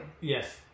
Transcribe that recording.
yes